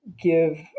give